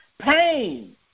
pain